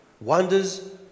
wonders